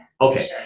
Okay